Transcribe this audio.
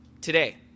today